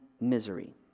misery